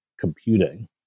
computing